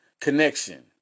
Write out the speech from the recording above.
connection